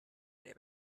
way